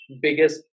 biggest